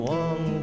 one